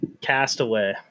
Castaway